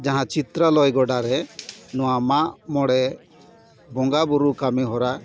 ᱡᱟᱦᱟᱸ ᱪᱤᱛᱛᱨᱟ ᱞᱚᱭ ᱜᱚᱰᱟ ᱨᱮ ᱱᱚᱣᱟ ᱢᱟᱜ ᱢᱚᱬᱮ ᱵᱚᱸᱜᱟ ᱵᱳᱨᱳ ᱠᱟᱹᱢᱤ ᱦᱚᱨᱟ